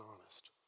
honest